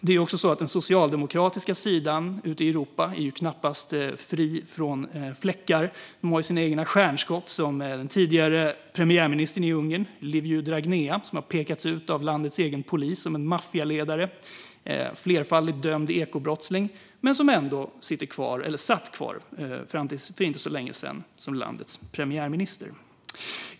Den socialdemokratiska sidan i Europa är knappast fri från fläckar. De har sina egna stjärnskott, som tidigare vice premiärministern Liviu Dragnea, som har pekats ut av landets egen polis som en maffialedare, flerfaldigt dömd ekobrottsling, som satt kvar till för inte så länge sedan.